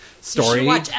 story